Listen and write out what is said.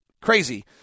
crazy